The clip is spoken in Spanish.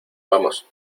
vamos